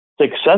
success